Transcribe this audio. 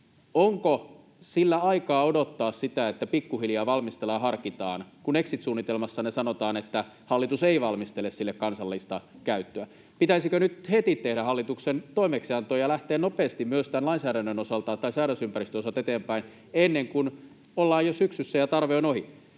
onko sillä aikaa odottaa sitä, että pikkuhiljaa valmistellaan ja harkitaan, kun exit-suunnitelmassanne sanotaan, että hallitus ei valmistele sille kansallista käyttöä? Pitäisikö nyt heti hallituksen tehdä toimeksianto ja lähteä nopeasti myös tämän lainsäädännön tai säädösympäristön osalta eteenpäin ennen kuin ollaan jo syksyssä ja tarve on ohi?